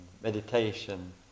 meditation